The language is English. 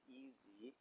easy